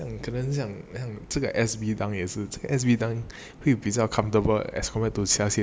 可能一下这个 S_B dunk 也是这个 S_B dunk 会比较 comfortable as long as 其他鞋子